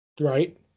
Right